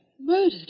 Murdered